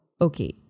okay